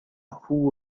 who